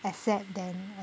accept then